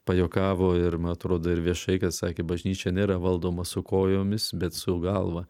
pajuokavo ir man atrodo ir viešai kad sakė bažnyčia nėra valdoma su kojomis bet su galva